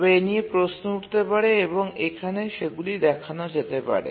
তবে এ নিয়ে প্রশ্ন উঠতে পারে এবং এখানে সেগুলি দেখানো যেতে পারে